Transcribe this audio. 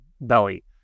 belly